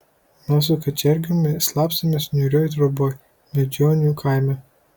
mes su kačergiumi slapstėmės niūrioj troboj miežionių kaime